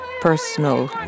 personal